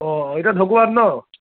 অঁ এতিয়া ঢকুৱাত ন